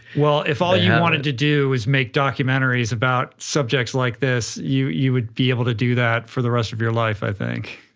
well, if all you wanted to do is make documentaries about subjects like this, you you would be able to do that for the rest of your life, i think.